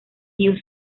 hyung